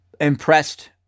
Impressed